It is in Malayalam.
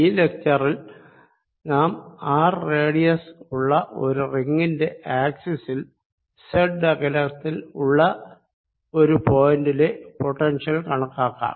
ഈ ലെക്ച്ചറിൽ നാം ആർ റേഡിയസ് ഉള്ള ഒരു റിങ്ങിന്റെ ആക്സിസിൽ z അകലത്തിൽ ഉള്ള ഒരു പോയിന്റിലെ പൊട്ടൻഷ്യൽ കണക്കാക്കാം